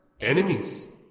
enemies